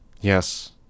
Yes